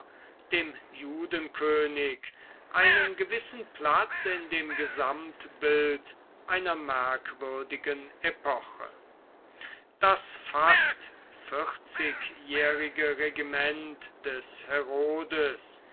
dem judenkönig einen gewissen platz in dem gesamtbild einer merkwürdigen epoche das fast vierzigjährige regiment des herodes